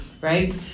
right